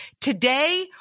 Today